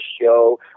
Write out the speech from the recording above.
show